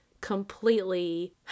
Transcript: completely